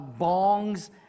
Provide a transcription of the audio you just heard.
bongs